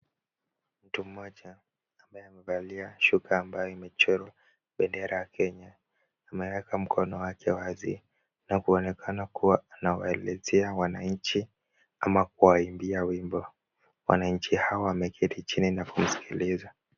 Mtu mmoja ambaye amevalia shuka ambayo imechorwa bendera ya Kenya ameweka mkono wake wazi na kuonekana kuwa anawaelezea wananchi ama kuwaimbia wimbo. Wananchi hawa wameketi chini na kumsikiliza.